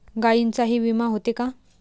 गायींचाही विमा होते का?